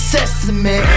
Sesame